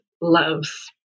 loves